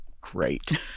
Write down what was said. great